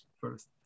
first